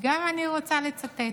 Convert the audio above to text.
גם אני רוצה לצטט: